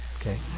Okay